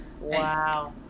Wow